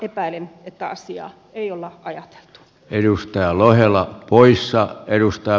epäilen että asiaa ei ole ajateltu